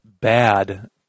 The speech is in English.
bad